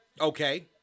Okay